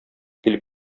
килеп